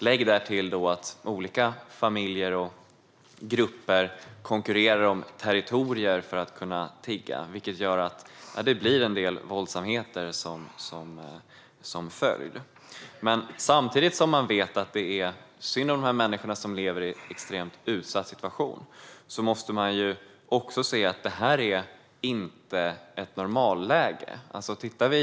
Lägg därtill att olika familjer och grupper konkurrerar om territorier för att kunna tigga, vilket gör att det uppstår en del våldsamheter som följd. Samtidigt som man vet att det är synd om de här människorna som lever i en extremt utsatt situation måste man dock se att detta inte är ett normalläge.